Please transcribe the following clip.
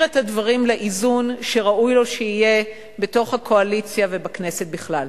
את הדברים לאיזון שראוי לו שיהיה בתוך הקואליציה ובכנסת בכלל.